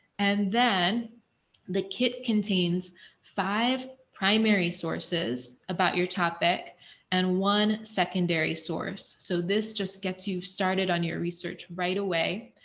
and then the kit contains five primary sources about your topic and one secondary source. so, this just gets you started on your research right away.